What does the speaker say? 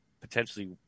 potentially